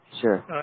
Sure